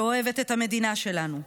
שאוהבת את המדינה שלנו.